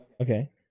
Okay